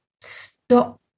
stop